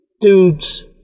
dudes